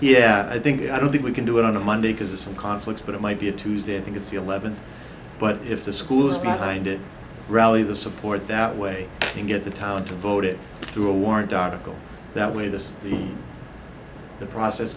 yeah i think i don't think we can do it on a monday because of some conflicts but it might be a tuesday i think it's eleven but if the school is behind it rally the support that way to get the town to vote it through a warrant article that way this is the process